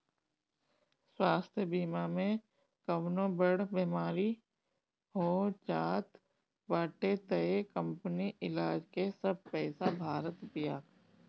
स्वास्थ्य बीमा में कवनो बड़ बेमारी हो जात बाटे तअ कंपनी इलाज के सब पईसा भारत बिया